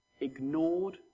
ignored